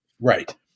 Right